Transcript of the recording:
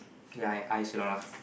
yeah I I also now ah